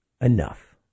enough